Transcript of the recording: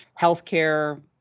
healthcare